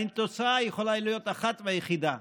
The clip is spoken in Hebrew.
התוצאה יכולה להיות אחת ויחידה: